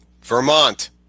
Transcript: Vermont